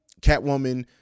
catwoman